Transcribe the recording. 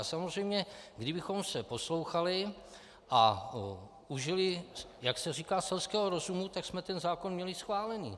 Samozřejmě kdybychom se poslouchali a užili, jak se říká, selského rozumu, tak jsme ten zákon měli schválený.